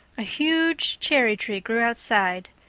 a huge cherry-tree grew outside,